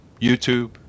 YouTube